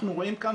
אנחנו רואים כאן,